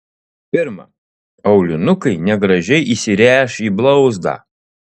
pirma aulinukai negražiai įsiręš į blauzdą